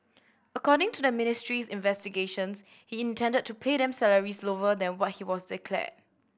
according to the ministry's investigations he intended to pay them salaries lower than what was declared